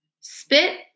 Spit